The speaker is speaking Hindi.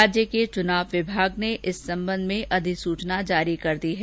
राज्य के चुनाव विभाग ने इस संबंध में अधिसूचना जारी की है